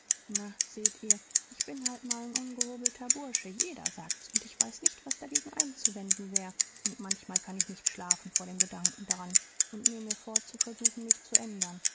na seht ihr ich bin halt mal n ungehobelter bursche jeder sagt's und ich weiß nicht was dagegen einzuwenden wäre und manchmal kann ich nicht schlafen vor dem gedanken daran und nehm mir vor zu versuchen mich zu ändern